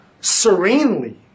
serenely